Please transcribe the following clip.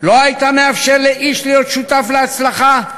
לא היית מאפשר לאיש להיות שותף להצלחה,